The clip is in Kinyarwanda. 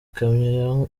kamyo